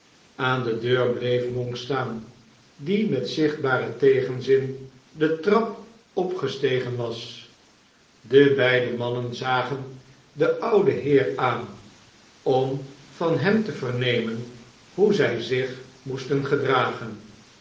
aan de deur bleef monks staan die met zichtbaren tegenzin de trap opgestegen was de beide mannen zagen den ouden heer aan om van hem te vernemen hoe zij zich moesten gedragen